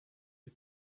you